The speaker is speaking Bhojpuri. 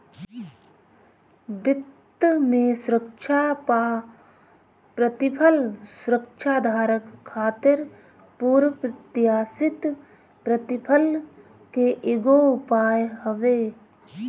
वित्त में सुरक्षा पअ प्रतिफल सुरक्षाधारक खातिर पूर्व प्रत्याशित प्रतिफल के एगो उपाय हवे